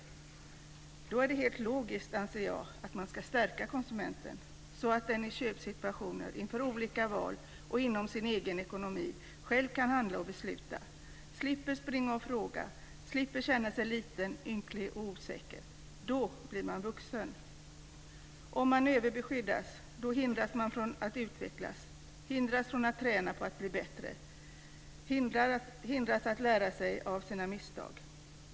Då är det helt logiskt, anser jag, att man ska stärka konsumenten, så att den i köpsituationer, inför olika val och inom sin egen ekonomi själv kan handla och besluta och slipper springa och fråga, slipper känna sig liten, ynklig och osäker. Då blir man vuxen. Om man överbeskyddas hindras man från att utvecklas, från att träna på att bli bättre och från att lära sig av sina misstag.